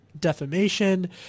defamation